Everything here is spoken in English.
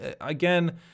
Again